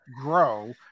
grow